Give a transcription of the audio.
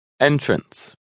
Entrance